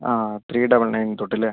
ആ three double nine തൊട്ടല്ലേ